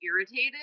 irritated